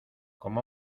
como